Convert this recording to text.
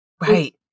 Right